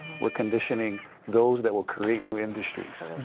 we're conditioning those that will create new industries,